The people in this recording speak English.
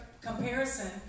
comparison